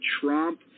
Trump